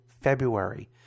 February